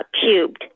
cubed